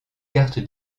carte